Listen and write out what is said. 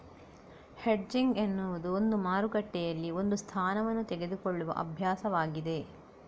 hedging ಎನ್ನುವುದು ಒಂದು ಮಾರುಕಟ್ಟೆಯಲ್ಲಿ ಒಂದು ಸ್ಥಾನವನ್ನು ತೆಗೆದುಕೊಳ್ಳುವ ಅಭ್ಯಾಸವಾಗಿದೆ